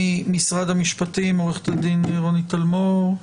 ממשרד המשפטים עו"ד רוני טלמור.